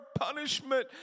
punishment